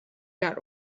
got